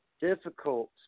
difficult